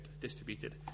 distributed